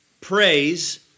Praise